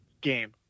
game